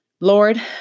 Lord